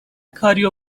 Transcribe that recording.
کاریو